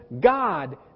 God